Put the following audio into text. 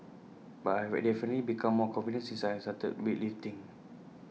but I have A definitely become more confident since I started weightlifting